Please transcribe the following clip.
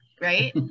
right